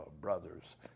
brothers